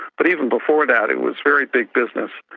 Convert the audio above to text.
but even before that it was very big business,